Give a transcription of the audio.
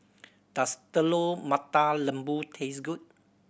does Telur Mata Lembu taste good